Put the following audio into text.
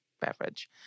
beverage